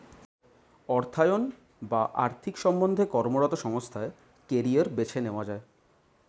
অর্থায়ন বা আর্থিক সম্বন্ধে কর্মরত সংস্থায় কেরিয়ার বেছে নেওয়া যায়